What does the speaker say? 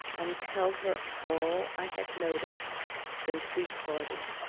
and tell her all i had noticed since we parted.